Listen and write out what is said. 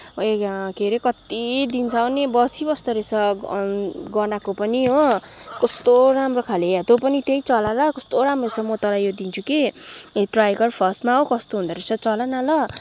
यो के अरे कति दिनसम्म पनि बसिबस्दो रहेछ गनाएको पनि हो कस्तो राम्रो खाले तँ पनि त्यही चला ल कस्तो राम्रो छ म तलाई यो दिन्छु कि यो ट्राई गर फर्स्टमा कस्तो हुँदो रहेछ चला न ल